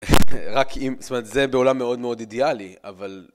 רק אם, זאת אומרת, זה בעולם מאוד מאוד אידיאלי, אבל...